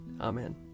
Amen